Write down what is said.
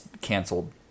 canceled